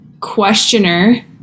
questioner